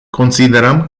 considerăm